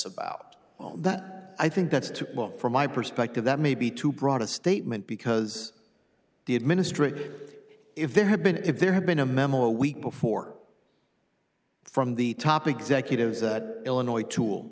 about that i think that's too from my perspective that may be too broad a statement because the administration if there had been if there had been a memo a week before from the top executives illinois tool